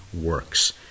works